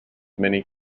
many